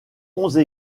onze